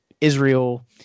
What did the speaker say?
Israel –